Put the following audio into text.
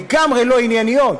לגמרי לא ענייניות.